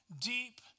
deep